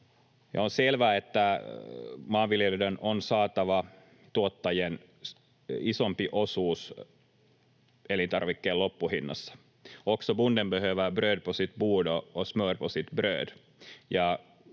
On selvää, että maanviljelijöiden, tuottajien, on saatava isompi osuus elintarvikkeen loppuhinnasta. Också bonden behöver bröd på sitt bord och smör på sitt bröd.